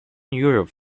europe